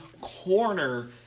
corner